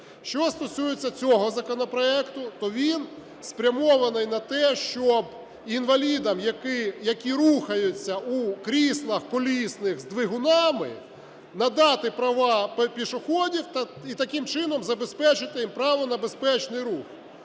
Що стосується цього законопроекту, то він спрямований на те, щоб інвалідам, які рухаються у кріслах колісних з двигунами, надати права пішоходів і таким чином забезпечити право на безпечний рух.